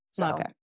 Okay